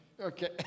Okay